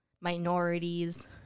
minorities